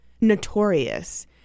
notorious